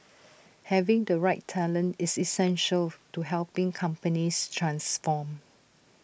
having the right talent is essential to helping companies transform